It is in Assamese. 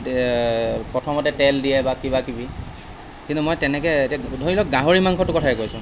প্ৰথমতে তেল দিয়ে বা কিবা কিবি কিন্তু মই তেনেকৈ এতিয়া ধৰি লওক গাহৰি মাংসটোৰ কথাই কৈছোঁ